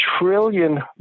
trillion